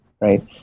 right